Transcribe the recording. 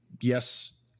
yes